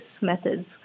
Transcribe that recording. methods